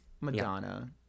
Madonna